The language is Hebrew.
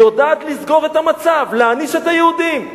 היא יודעת לסגור את המצב, להעניש את היהודים.